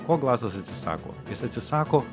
ko glasas atsisako jis atsisako